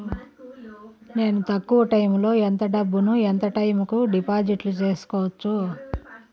నేను తక్కువ టైములో ఎంత డబ్బును ఎంత టైము కు డిపాజిట్లు సేసుకోవచ్చు?